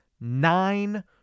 nine